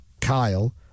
Kyle